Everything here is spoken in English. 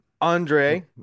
Andre